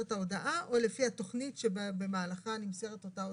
ההודעה או לפי התוכנית שבמהלכה נמסרת אותה הודעה.